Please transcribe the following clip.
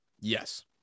yes